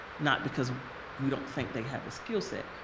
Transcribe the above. not because we don't think they have the skillset,